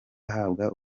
ahabwa